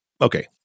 okay